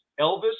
Elvis